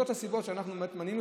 זו אחת הסיבות שאנחנו באמת מנינו.